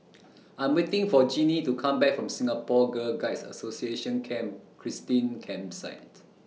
I'm waiting For Genie to Come Back from Singapore Girl Guides Association Camp Christine Campsite